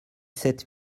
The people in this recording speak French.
sept